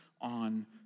on